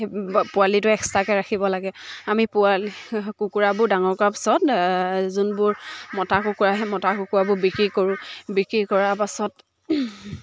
পোৱালিটো এক্সট্ৰাকৈ ৰাখিব লাগে আমি পোৱালি কুকুৰাবোৰ ডাঙৰ কৰা পাছত যোনবোৰ মতা কুকুৰা সেই মতা কুকুৰাবোৰ বিক্ৰী কৰোঁ বিক্ৰী কৰাৰ পাছত